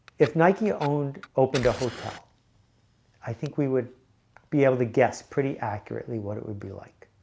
if nike owned opened a hotel i think we would be able to guess pretty accurately what it would be like